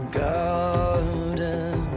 garden